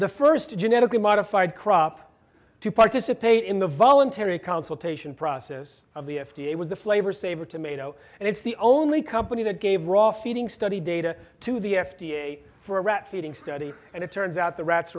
the first genetically modified crop to participate in the voluntary consultation process of the f d a was the flavor saver tomato and it's the only company that gave raw feeding study data to the f d a for a rats eating study and it turns out the rats